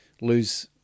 lose